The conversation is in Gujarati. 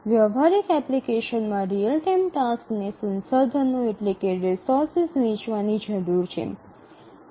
વ્યવહારિક એપ્લિકેશનમાં રીઅલ ટાઇમ ટાસક્સને સંસાધનો વહેંચવાની જરૂર છે